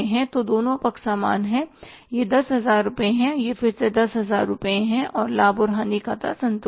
तो दोनों पक्ष समान हैं यह 10000 रुपये है और यह फिर से 10000 रुपये है और लाभ और हानि खाता संतुलित है